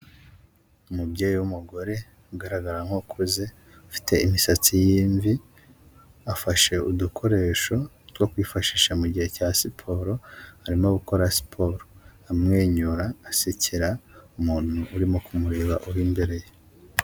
Umubyeyi w'umugore ugaragara nk'ukuze, ufite imisatsi y'imvi, afashe udukoresho two kwifashisha mu gihe cya siporo, arimo gukora siporo amwenyura, asekera umuntu urimo kumureba, uri imbere ye.